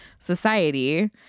society